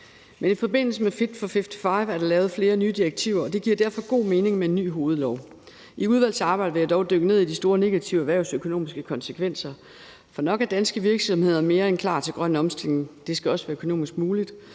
Men i forbindelse med Fit for 55 er der lavet flere nye direktiver, og det giver derfor god mening med en ny hovedlov. I udvalgsarbejdet vil jeg dog dykke ned i de store negative erhvervsøkonomiske konsekvenser. For nok er danske virksomheder mere end klar til en grøn omstilling, men det skal også være økonomisk muligt,